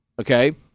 Okay